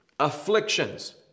afflictions